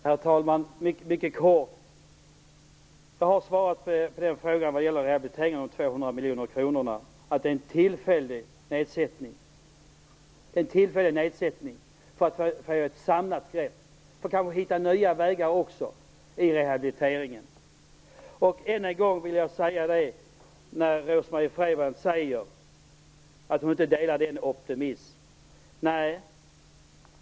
Herr talman! Mycket kort: Jag har svarat på frågan om rehabiliteringen och de 200 miljoner kronorna. Det är fråga om en tillfällig nedsättning för att man skall kunna ta ett samlat grepp och kanske hitta nya vägar i rehabiliteringen. Rose-Marie Frebran säger att hon inte delar min optimism.